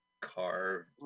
car